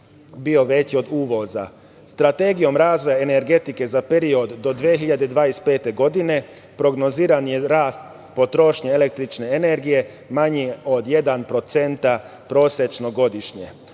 bio veći od uvoza. Strategijom razvoja energetike za period do 2025. godine, prognoziran je rast potrošnje električne energije, manje od 1% prosečno godišnje.